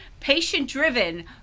patient-driven